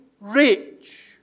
rich